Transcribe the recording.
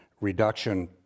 reduction